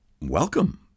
welcome